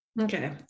okay